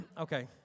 Okay